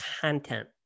content